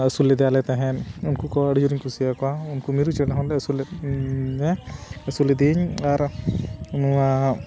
ᱟᱹᱥᱩᱞ ᱞᱮᱫᱮᱭᱟᱞᱮ ᱛᱟᱦᱮᱸᱫ ᱩᱱᱠᱩ ᱠᱚ ᱟᱹᱰᱤ ᱡᱳᱨᱤᱧ ᱠᱩᱥᱤᱭᱟᱠᱚᱣᱟ ᱩᱱᱠᱩ ᱢᱤᱨᱩ ᱪᱮᱬᱮ ᱦᱚᱸᱞᱮ ᱟᱹᱥᱩᱞ ᱞᱮᱫ ᱟᱹᱥᱩᱞ ᱞᱮᱫᱮᱭᱟᱹᱧ ᱟᱨ ᱱᱚᱣᱟ